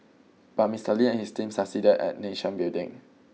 but Mister Lee and his team succeeded at nation building